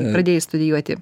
pradėjai studijuoti